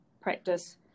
practice